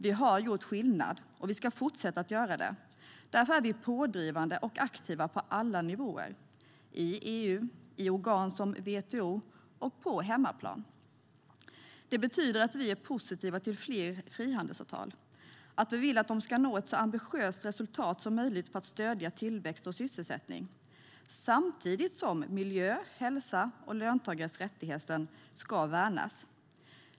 Vi har gjort skillnad, och vi ska fortsätta att göra det. Därför är vi pådrivande och aktiva på alla nivåer, i EU, i organ som WTO och på hemmaplan. Det betyder att vi är positiva till fler frihandelsavtal och att vi vill att de ska nå ett så ambitiöst resultat som möjligt för att stödja tillväxt och sysselsättning samtidigt som miljö, hälsa och löntagares rättigheter ska värnas.